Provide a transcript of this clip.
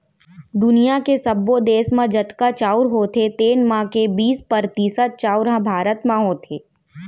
दुनियॉ के सब्बो देस म जतका चाँउर होथे तेन म के बीस परतिसत चाउर ह भारत म होथे